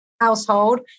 household